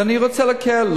ואני רוצה להקל.